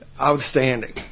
Outstanding